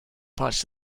parties